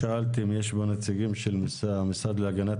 לא שאלתי אם יש נציגים של המשרד להגנת